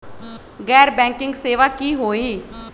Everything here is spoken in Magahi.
गैर बैंकिंग सेवा की होई?